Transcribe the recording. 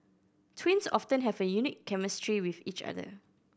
twins often have a unique chemistry with each other